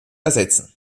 ersetzen